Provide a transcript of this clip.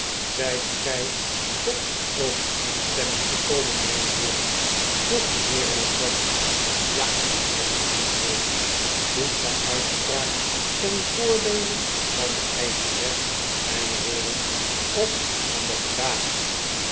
zijt gij tot overeenstemming gekomen mijne heeren vroeg de heer in het zwart ja was het antwoord doet gij uitspraak ten voordeele van de eischeres mijne heeren of van den gedaagde